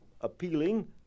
appealing